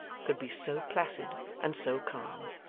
could be so placid and so calm.